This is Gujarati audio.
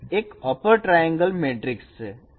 K એક અપર ટ્રાયેંગલ મેટ્રિક છે